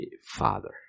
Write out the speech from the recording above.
father